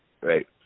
right